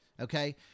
okay